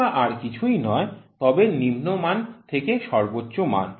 পরিসীমা আর কিছুই নয় তবে নিম্ন মান থেকে সর্বোচ্চ মান